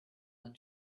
than